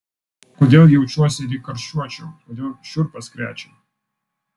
kodėl jaučiuosi lyg karščiuočiau kodėl šiurpas krečia